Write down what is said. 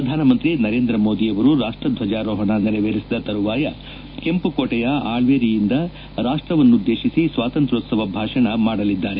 ಪ್ರಧಾನಮಂತ್ರಿ ನರೇಂದ್ರ ಮೋದಿಯವರು ರಾಷ್ಪದ್ವಜಾರೋಹಣ ನೆರವೇರಿಸಿದ ತರುವಾಯ ಕೆಂಪು ಕೋಟೆಯ ಆಕ್ಷೇರಿಯಿಂದ ರಾಷ್ಟವನ್ನುದ್ದೇಶಿಸಿ ಸ್ವಾತಂತ್ರ್ಯೋತ್ಸವ ಭಾಷಣ ಮಾಡಲಿದ್ದಾರೆ